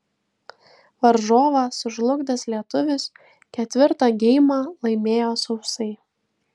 varžovą sužlugdęs lietuvis ketvirtą geimą laimėjo sausai